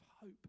hope